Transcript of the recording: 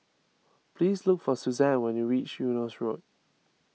please look for Suzann when you reach Eunos Road